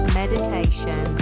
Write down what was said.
meditation